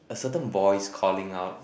a certain voice calling out